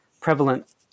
prevalent